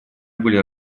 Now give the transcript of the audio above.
были